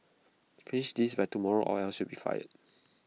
finish this by tomorrow or else you'll be fired